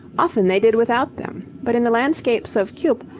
often they did without them, but in the landscapes of cuyp,